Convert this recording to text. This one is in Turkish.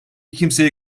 kimseye